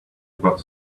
about